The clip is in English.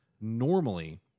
Normally